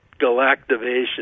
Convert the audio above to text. galactivation